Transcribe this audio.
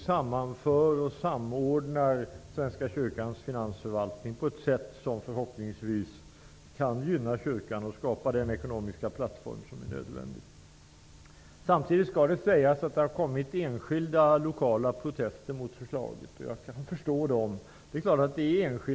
Svenska kyrkans finansförvaltning sammanförs och samordnas på ett sätt som förhoppningsvis kan gynna kyrkan och skapa den ekonomiska plattform som är nödvändig. Samtidigt skall det sägas att det har förekommit enskilda och lokala protester mot förslaget. Jag kan förstå dessa.